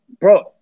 Bro